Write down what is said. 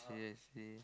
seriously